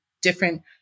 different